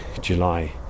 July